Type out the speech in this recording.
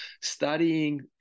studying